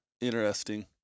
Interesting